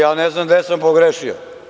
Ja ne znam gde sam pogrešio.